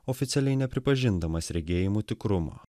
oficialiai nepripažindamas regėjimų tikrumo